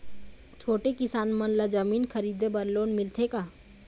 छोटे किसान मन ला जमीन खरीदे बर लोन मिलथे का?